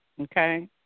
Okay